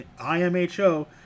IMHO